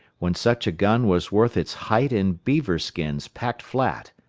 when such a gun was worth its height in beaver skins packed flat,